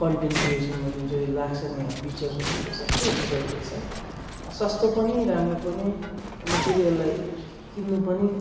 content क्रिएसनमा जुन चाहिँ लाग्छ नि अब फिचर्सहरू त्यो सबै फिचर्स रहेछ सस्तो पनि राम्रो पनि अन्त फेरि यसलाई किन्नु पनि